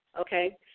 okay